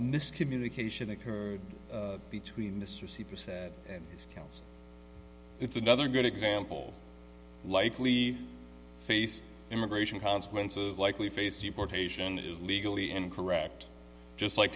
miscommunication occurred between this and scowls it's another good example likely face immigration consequences likely face deportation is legally incorrect just like